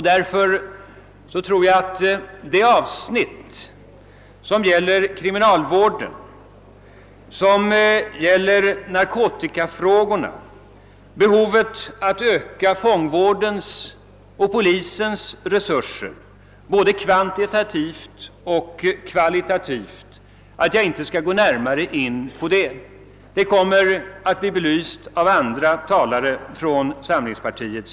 Därför tror jag inte att jag skall gå närmare in på samlingspartiets krav beträffande kriminalvården, på narkotikafrågorna eller på behovet att öka fångvårdens och polisens resurser både kvantitativt och kvalitativt. Dessa frågor kommer under dagarnas lopp att belysas av andra talare från samlingspartiet.